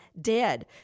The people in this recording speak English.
dead